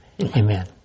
Amen